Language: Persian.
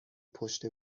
پشت